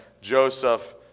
Joseph